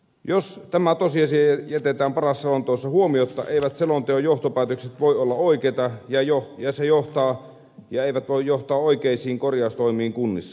jos tämä tosiasia jätetään paras selonteossa huomiotta eivät selonteon johtopäätökset voi olla oikeita eivätkä voi johtaa oikeisiin korjaustoimiin kunnissa